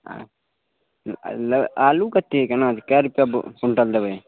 आलू कते केना कए रुपैआय क्वींटल देबै